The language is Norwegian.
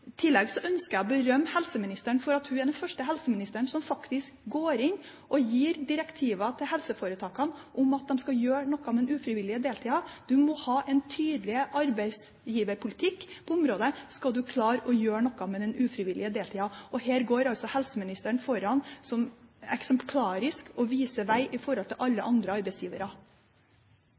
tillegg ønsker jeg å berømme helseministeren for at hun er den første helseministeren som faktisk går inn og gir direktiver til helseforetakene om at de skal gjøre noe med den ufrivillige deltida. Du må ha en tydelig arbeidsgiverpolitikk på området skal du klare å gjøre noe med den ufrivillige deltida. Her går altså helseministeren eksemplarisk foran og viser vei i forhold til alle andre arbeidsgivere.